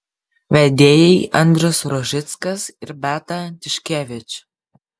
vedėjai andrius rožickas ir beata tiškevič